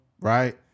right